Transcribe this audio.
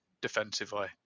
defensively